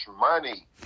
money